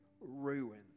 ruin